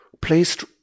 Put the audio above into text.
placed